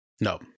no